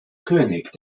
könig